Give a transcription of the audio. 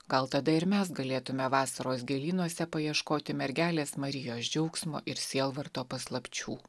gal tada ir mes galėtume vasaros gėlynuose paieškoti mergelės marijos džiaugsmo ir sielvarto paslapčių